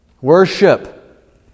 Worship